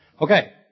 Okay